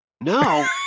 No